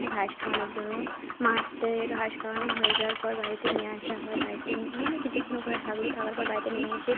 ঘাস খাওয়ানোর জন্য মাঠতে ঘাস খাওয়ানো হয়ে যাওয়ার পর বাড়িতে নিয়ে আসা হয় বাড়িতে নিয়ে মানে কিছুক্ষণ ওখানে থাকলো থাকার পর বাড়িতে নিয়ে এসে